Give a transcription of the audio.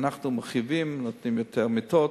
אנחנו מרחיבים, נותנים יותר מיטות.